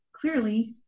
clearly